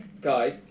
Guys